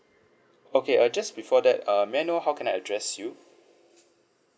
okay uh just before that uh may I know how can I address you